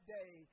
day